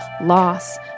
loss